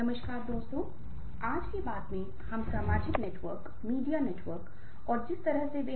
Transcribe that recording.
तो दोस्तों इस सत्र में हम दो विषयों पर चर्चा करेंगे